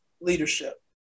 leadership